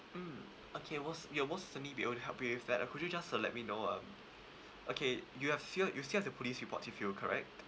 mm okay was we will most certainly be able to help you with that uh could you just uh let me know um okay you have still you still have the police reports with you correct